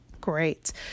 great